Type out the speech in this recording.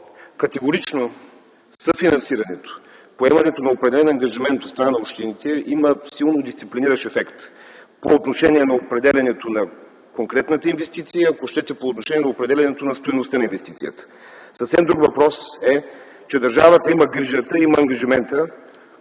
категорично съфинансирането, поемането на определен ангажимент от страна на общините има силно дисциплиниращ ефект по отношение определянето на конкретната инвестиция, и, ако щете, по отношение определянето на стойността на инвестицията. Съвсем друг въпрос е, че държавата има грижата, ангажимента